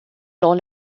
dans